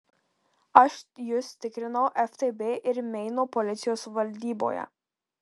aš jus tikrinau ftb ir meino policijos valdyboje